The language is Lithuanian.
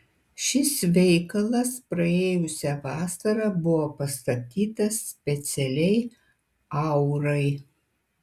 šis veikalas praėjusią vasarą buvo pastatytas specialiai aurai